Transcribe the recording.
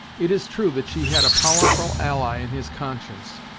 it is true that she had a powerful ally in his conscience,